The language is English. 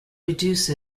reduce